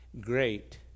Great